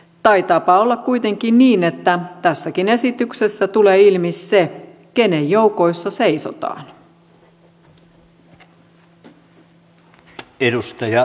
taitaapa olla kuitenkin niin että tässäkin esityksessä tulee ilmi se kenen joukoissa seisotaan